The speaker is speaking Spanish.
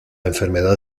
enfermedad